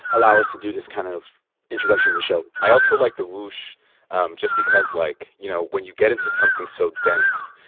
allow us to do this kind of introduction to the show i also like the woosh just because, like, you know, when you get into something so dense,